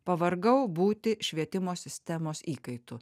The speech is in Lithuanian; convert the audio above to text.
pavargau būti švietimo sistemos įkaitu